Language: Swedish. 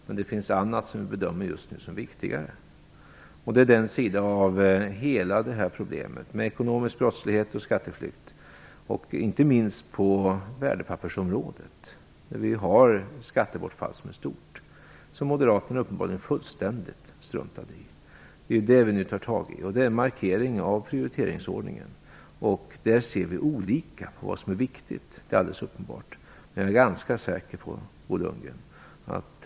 Men det finns annat som vi just nu bedömer som viktigare, nämligen hela detta problem med ekonomisk brottslighet och skatteflykt - inte minst på värdepappersområdet där skattebortfallet är stort, någonting som moderaterna uppenbarligen fullständigt struntade i. Det är detta som vi nu tar tag i, och det är en markering av prioriteringsordningen. Det är alldeles uppenbart att Bo Lundgren och jag har olika syn på vad som är viktigt.